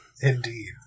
Indeed